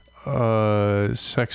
Sex